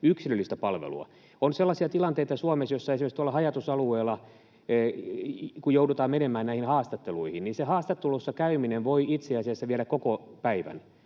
yksilöllistä palvelua. Suomessa on sellaisia tilanteita, että kun esimerkiksi haja-asutusalueella joudutaan menemään näihin haastatteluihin, niin se haastattelussa käyminen voi itse asiassa viedä koko päivän: